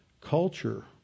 culture